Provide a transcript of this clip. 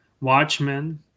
Watchmen